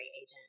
agent